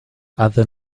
other